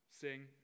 sing